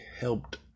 helped